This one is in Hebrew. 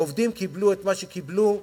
העובדים קיבלו את מה שקיבלו,